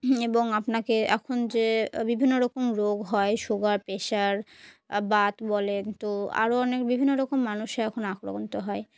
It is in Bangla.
এবং আপনাকে এখন যে বিভিন্ন রকম রোগ হয় সুগার প্রেশার বাত বলেন তো আরও অনেক বিভিন্ন রকম মানুষে এখন আক্রমণ হয়